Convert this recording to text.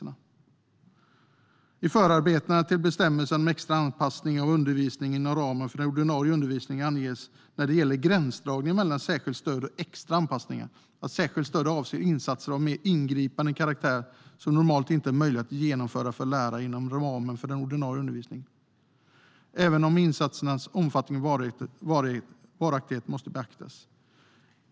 När det gäller gränsdragning mellan särskilt stöd och extra anpassning anges i förarbetena till bestämmelsen om extra anpassning av undervisning inom ramen för den ordinarie undervisningen att särskilt stöd avser insatser av mer ingripande karaktär. Det är insatser som normalt inte är möjliga att genomföra för lärare inom ramen för den ordinarie undervisningen, även om insatsernas omfattning och varaktighet måste beaktas.